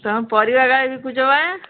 ତୁମେ ପରିବା କାଇଁ ବିକୁଛ ବା